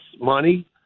money